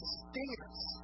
status